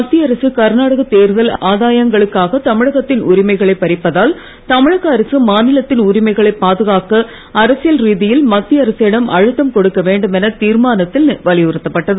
மத்திய அரசு கர்நாடக தேர்தல் ஆதாயங்களுக்காக தமிழகத்தின் உரிமைகளை பறிப்பதால் தமிழக அரசு மாநிலத்தின் உரிமைகளை பாதுகாக்க அரசியல் ரீதியில் மத்திய அரசிடம் அழுத்தம் கொடுக்க வேண்டும் என தீர்மானத்தில் வலியுறுத்தப்பட்டது